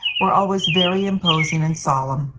were always very imposing and solemn.